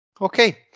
Okay